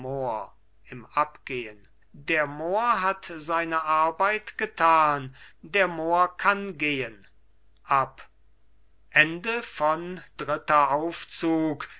im abgehen der mohr hat seine arbeit getan der mohr kann gehen ab